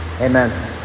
amen